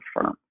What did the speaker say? firm